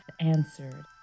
answered